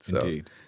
Indeed